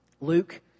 Luke